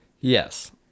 Yes